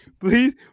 Please